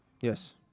Yes